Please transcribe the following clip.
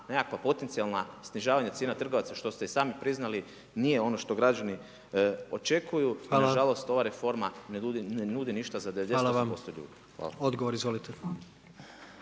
na nekakva potencijalna snižavanja cijena trgovaca, što ste i sami priznali, nije ono što građani očekuju. Nažalost, ova reforma ne nudi ništa za 98% ljudi. Hvala.